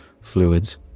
fluids